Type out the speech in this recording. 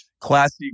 classy